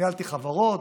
ניהלתי חברות,